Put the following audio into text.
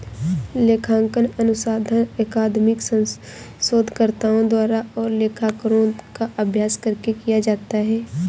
लेखांकन अनुसंधान अकादमिक शोधकर्ताओं द्वारा और लेखाकारों का अभ्यास करके किया जाता है